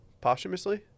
Posthumously